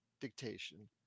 dictation